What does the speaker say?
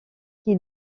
qui